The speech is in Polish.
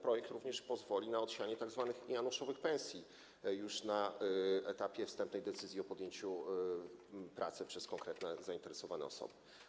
Projekt pozwoli również na odsianie tzw. januszowych pensji już na etapie wstępnej decyzji o podjęciu pracy przez konkretne zainteresowane osoby.